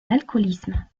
l’alcoolisme